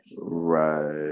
Right